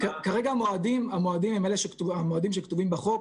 כרגע המועדים הם המועדים שכתובים בחוק,